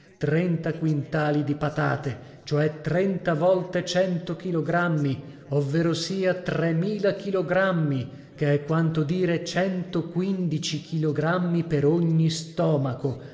trenta quintali di patate cioè trenta volte cento chilogrammi ovverosia tremila chilogrammi che è quanto dire centoquindici chilogrammi per ogni stomaco